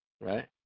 right